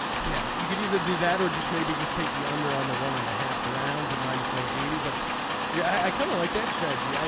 yeah. you could either do that or just maybe just take the under on the one and a half rounds at minus one eighty. but yeah kind of like that strategy.